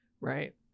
Right